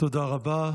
תודה רבה.